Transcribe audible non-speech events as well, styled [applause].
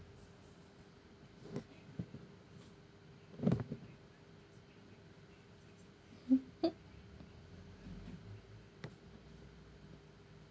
[laughs]